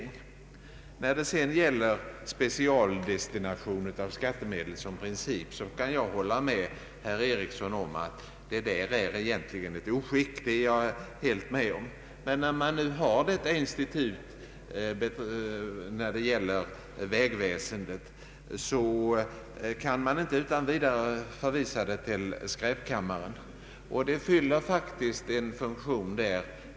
När det gäller specialdestination av skattemedel som princip kan jag hålla med herr Ericsson om att detta egentligen är ett oskick. Men när vi nu har detta instrument i fråga om vägväsendet kan man inte utan vidare förvisa det till skräpkammaren. Det fyller på sitt sätt en funktion.